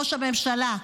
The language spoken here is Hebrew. ראש הממשלה,